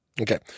Okay